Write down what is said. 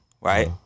right